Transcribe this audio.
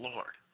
Lord